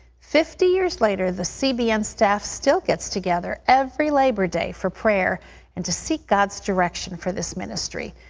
fifty years later, the cbn staff still gets together every labor day for prayer and to seek god's direction for this ministry.